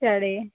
ସିଆଡ଼େ